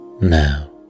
Now